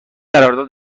قرارداد